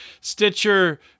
Stitcher